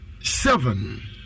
seven